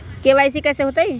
KYC कैसे होतई?